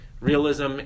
realism